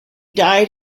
died